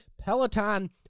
Peloton